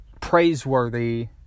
praiseworthy